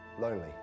Lonely